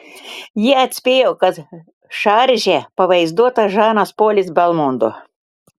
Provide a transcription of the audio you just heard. jie atspėjo kad šarže pavaizduotas žanas polis belmondo